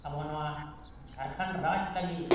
ᱟᱵᱚ ᱱᱚᱣᱟ ᱡᱷᱟᱲᱠᱷᱚᱸᱰ ᱨᱟᱡᱽ ᱞᱟᱹᱜᱤᱫ